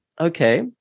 okay